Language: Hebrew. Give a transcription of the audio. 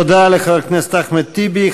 תודה לחבר הכנסת אחמד טיבי.